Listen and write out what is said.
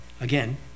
again